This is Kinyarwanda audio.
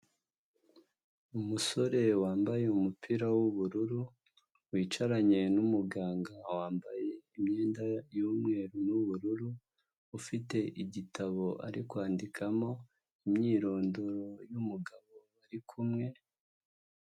Umusore wambaye umupira w’ubururu wicaranye n’umuganga wambaye imyenda y’umweru n’ubururu, ufite igitabo ari kwandikamo imyirondoro y’umugabo bari kumwe.